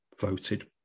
voted